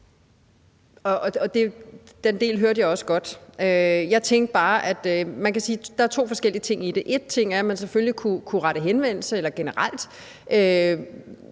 Den del hørte jeg også godt. Jeg tænkte bare, at man kan sige, at der er flere forskellige ting i det. En ting er, at man selvfølgelig kunne rette henvendelse til og generelt